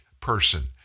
person